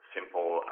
Simple